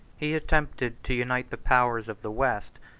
he attempted to unite the powers of the west,